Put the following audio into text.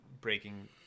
breaking